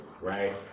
right